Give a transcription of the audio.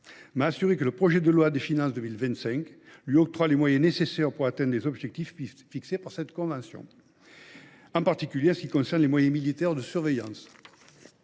m’a assuré que le projet de loi de finances pour 2025 lui accordera les moyens nécessaires pour atteindre les objectifs fixés par cette convention, en particulier en ce qui concerne les moyens militaires de surveillance.